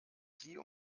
sie